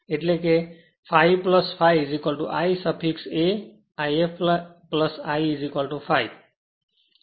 તેનો અર્થ એ કે ∅∅ I suffix a If I ∅